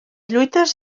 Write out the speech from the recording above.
lluites